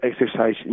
exercise